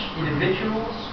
individuals